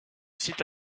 site